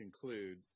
conclude